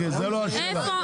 זו לא השאלה.